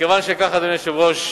מכיוון שכך, אדוני היושב-ראש,